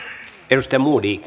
arvoisa